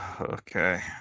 Okay